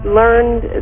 learned